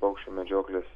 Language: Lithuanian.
paukščių medžioklės